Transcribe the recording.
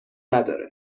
نداره